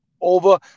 over